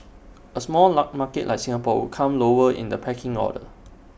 A small market like Singapore would come lower in the pecking order